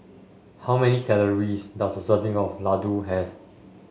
how many calories does a serving of Ladoo have